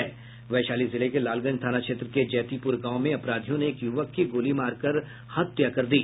वैशाली जिले के लालगंज थाना क्षेत्र के जयतीपुर गांव में अपराधियों ने एक युवक की गोली मारकर हत्या कर दी